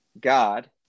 God